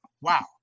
Wow